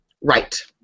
Right